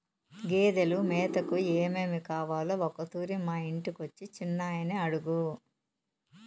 గేదెలు మేతకు ఏమేమి కావాలో ఒకతూరి మా ఇంటికొచ్చి చిన్నయని అడుగు